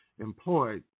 employed